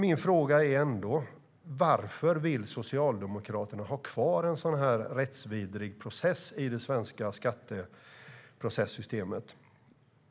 Jag frågar ändå varför Socialdemokraterna vill ha kvar en sådan rättsvidrig process i det svenska skattesystemet.